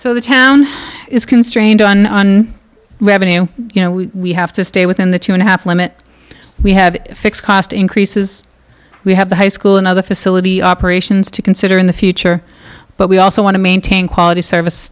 so the town is constrained on on revenue you know we have to stay within the two and a half limit we have fixed cost increases we have the high school another facility operations to consider in the future but we also want to maintain quality service